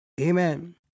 Amen